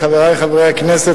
חברי חברי הכנסת,